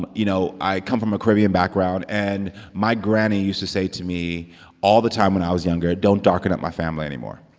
but you know, i come from a caribbean background. and my granny used to say to me all the time when i was younger, don't darken up my family anymore.